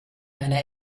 einer